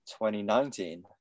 2019